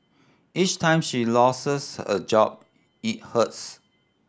each time she loses a job it hurts